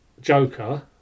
Joker